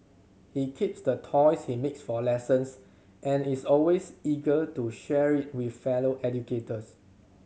he keeps the toys he makes for lessons and is always eager to share it with fellow educators